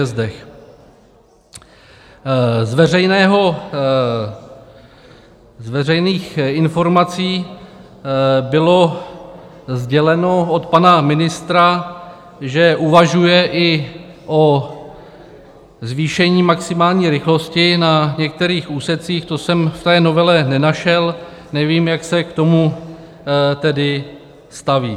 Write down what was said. Z veřejných informací bylo sděleno od pana ministra, že uvažuje i o zvýšení maximální rychlosti na některých úsecích to jsem v novele nenašel, nevím tedy, jak se k tomu tedy staví.